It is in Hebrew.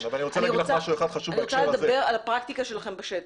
אני רוצה לדבר על הפרקטיקה שלכם בשטח.